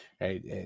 right